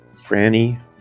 Franny